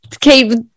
keep